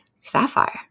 sapphire